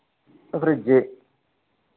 fridge